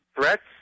Threats